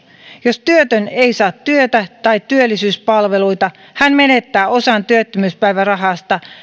jos työtön ei saa työtä tai työllisyyspalveluita hän menettää osan työttömyyspäivärahasta